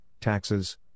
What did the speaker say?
taxes